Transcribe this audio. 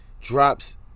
drops